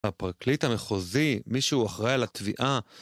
הפרקליט המחוזי, מי שהוא אחראי על התביעה